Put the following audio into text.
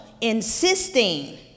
insisting